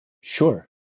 Sure